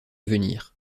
venir